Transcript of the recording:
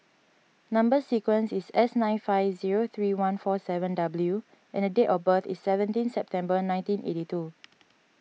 Number Sequence is S nine five zero three one four seven W and date of birth is seventeen September nineteen eighty two